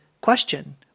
question